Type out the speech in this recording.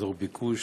אזור ביקוש.